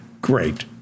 Great